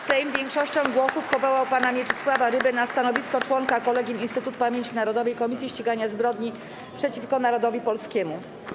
Sejm większością głosów powołał pana Mieczysława Rybę na stanowisko członka Kolegium Instytutu Pamięci Narodowej - Komisji Ścigania Zbrodni przeciwko Narodowi Polskiemu.